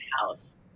house